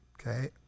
Okay